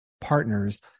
partners